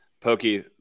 Pokey